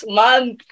month